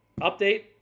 update